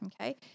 okay